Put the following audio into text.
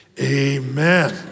amen